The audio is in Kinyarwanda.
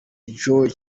joe